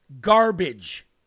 garbage